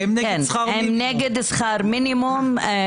הם נגד שכר מינימום.